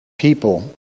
people